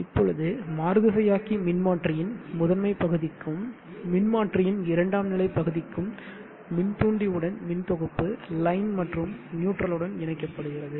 இப்பொழுது மாறுதிசையாக்கி மின்மாற்றியின் முதன்மை பகுதிக்கும் மின்மாற்றியின் இரண்டாம் நிலை பகுதிக்கும் மின்தூண்டி உடன் மின் தொகுப்பு லைன் மற்றும் நியூட்ரல் உடன் இணைக்கப்படுகிறது